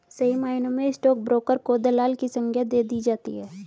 सही मायनों में स्टाक ब्रोकर को दलाल की संग्या दे दी जाती है